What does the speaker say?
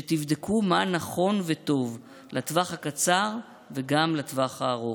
שתבדקו מה נכון וטוב לטווח הקצר וגם לטווח הארוך.